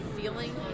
feeling